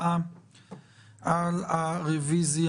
תודה לחברות וחברי הכנסת המצטרפים לדיון מהקואליציה ומהאופוזיציה.